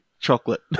chocolate